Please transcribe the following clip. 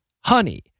Honey